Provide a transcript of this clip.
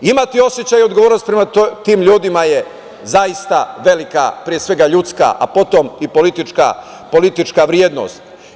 Imati osećaj odgovornosti prema tim ljudima je zaista velika, pre svega ljudska, a potom i politička vrednost.